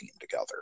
together